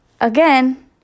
Again